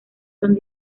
son